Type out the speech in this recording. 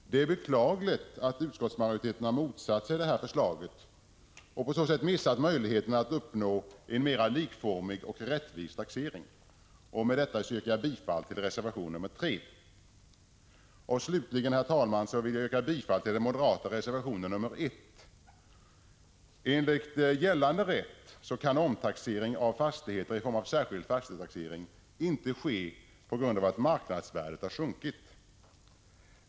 Det är beklagligt att utskottsmajoriteten har motsatt sig detta förslag och på så sätt missat möjligheten att uppnå en mer likformig och rättvis taxering. Med detta yrkar jag bifall till reservation nr 3. Slutligen, herr talman, yrkar jag bifall till den moderata reservationen nr 1. Enligt gällande rätt kan omtaxering av fastigheter i form av särskild fastighetstaxering inte ske på grund av att marknadsvärdet har sjunkit.